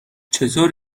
چطور